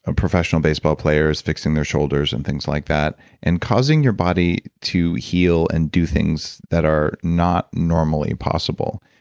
ah professional baseball players, fixing their shoulders and things like that and causing your body to heal and do things that are not normally possible.